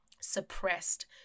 suppressed